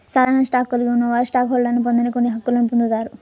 సాధారణ స్టాక్ను కలిగి ఉన్నవారు స్టాక్ హోల్డర్లు పొందని కొన్ని హక్కులను పొందుతారు